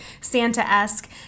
Santa-esque